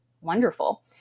wonderful